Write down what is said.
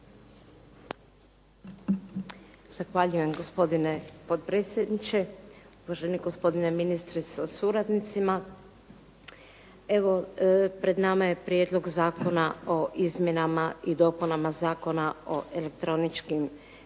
Zahvaljujem, gospodine potpredsjedniče. Uvaženi gospodine ministre sa suradnicima. Evo, pred nama je Prijedlog zakona o izmjenama i dopunama Zakona o elektroničkim medijima